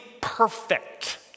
perfect